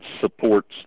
supports